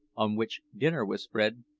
on which dinner was spread,